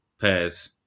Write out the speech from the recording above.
pairs